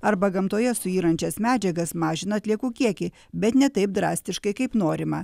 arba gamtoje suyrančias medžiagas mažina atliekų kiekį bet ne taip drastiškai kaip norima